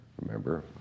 Remember